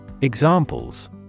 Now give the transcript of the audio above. Examples